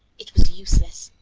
it was useless,